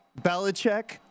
Belichick